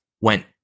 went